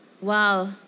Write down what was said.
wow